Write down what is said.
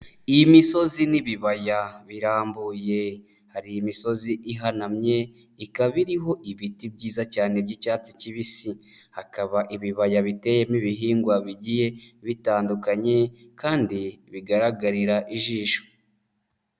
Iyi misozi n'ibibaya birambuye hari imisozi ihanamye, ikaba iriho ibiti byiza cyane by'icyatsi kibisi, hakaba ibibaya biteyemo ibihingwa bigiye bitandukanye kandi bigaragarira ijisho.